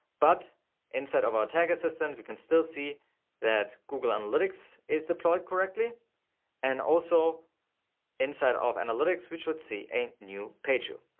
but inside of our tag assistant we can still see that google analytics is deployed correctly and also inside of analytics, we would see a new pageview.